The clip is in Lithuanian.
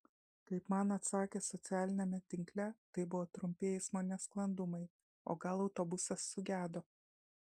kaip man atsakė socialiniame tinkle tai buvo trumpi eismo nesklandumai o gal autobusas sugedo